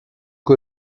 que